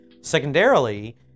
secondarily